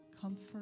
comfort